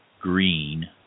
green